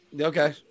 okay